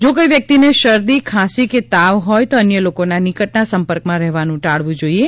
જો કોઈ વ્યક્તિને શરદી ખાંસી કે તાવ હોય તો અન્ય લોકોના નિકટના સંપર્કમાં રહેવાનું ટાળવું જોઈએ